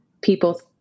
people